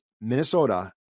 Minnesota